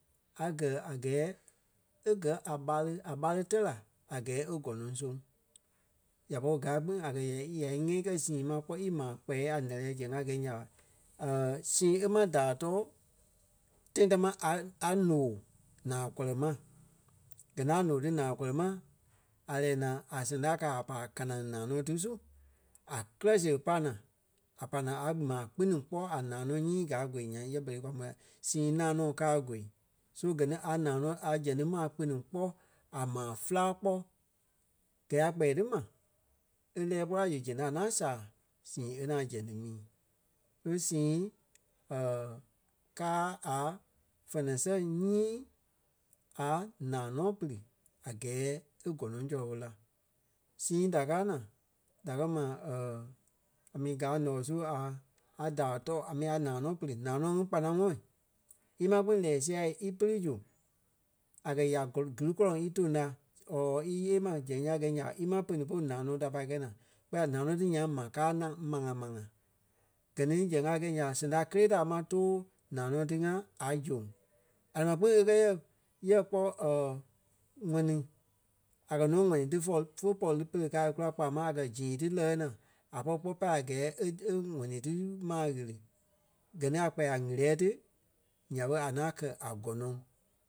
a gɛ̀ a gɛɛ e gɛ a ɓáre. A ɓáre tɛ̀ la a gɛɛ e gɔnɔŋ soŋ. Ya pɔri gaa kpîŋ a yɛ- ya e íŋɛi kɛ́ sîi ma kpɔ́ ímaa kpɛɛ a ǹɛ́lɛɛ zɛŋ a gɛi nya ɓa sìi e máŋ daai tɔɔ tãi támaa a- a- ǹoo naa kɔlɔ ma. Gɛ ni a ǹoo tí naa kɔlɔ ma, a lɛ́ɛ naa a sɛŋ da káa a pai a kanaŋ nanɔ̂ɔ tí su a kirɛ siɣe a pai naa. A pa naa a maa kpiniŋ kpɔ́ a nanɔ̂ɔ nyii káa ŋ̀goi nyaŋ yɛ berei kwa môi la sîi nanɔ̂ɔ káa goi. So gɛ ni a nanɔ̂ɔ a zɛŋ ti ma kpiniŋ kpɔ́ a maa féla kpɔ́ gɛɛ a kpɛɛ ti ma e lɛ́ɛ kpɔ́ la zu zɛŋ ti a ŋaŋ sàa sîi e ŋaŋ zɛŋ ti mii. E sîi káa a fɛnɛ sɛŋ nyii a nanɔ̂ɔ pili a gɛɛ é gɔnɔŋ sɔlɔ ɓo la. Sîi da káa naa da kɛ́ ma mi gaa ǹɔɔ aa, a daai tɔɔ a mi a nanɔ̂ɔ pili. Nanɔ̂ɔ ŋí kpanaŋɔɔi. Í maŋ kpîŋ lɛɛ sia í pili zu a kɛ̀ ya kɔri gili gɔlɔŋ í tôŋ lá or íyee ma zɛŋ ya gɛi nya í maŋ pene polu nanɔ̂ɔ tí a pai kɛi naa. Kpɛɛ la nanɔ̂ɔ tí nyaŋ ma kàa ŋaŋ maŋa-maŋa. Gɛ ni zɛŋ a kɛi nya ɓa sɛŋ ta kélee ta í máŋ tóo naŋɔ̂ɔ ti ŋa a zoŋ. A ni ma kpìŋ e kɛ yɛ, yɛ kpɔ́ ŋɔni a kɛ̀ nɔ tí for- fe pɔri ti pere kaa kula kpaa máŋ a kɛ̀ zîi ti lɛɣɛ naa a pɔri kpɔ́ pai a gɛɛ e- e- ŋ̀ɔni tí maa ɣiri. Gɛ ni a kpɛɛ a ɣiriɛ́ɛ tí nya ɓé a ŋaŋ kɛ́ a gɔnɔŋ.